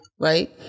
right